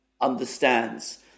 understands